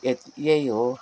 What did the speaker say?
ए त यही हो